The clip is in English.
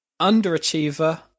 Underachiever